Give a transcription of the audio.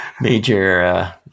major